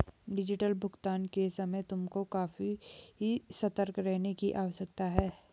digital भुगतान के समय तुमको काफी सतर्क रहने की आवश्यकता है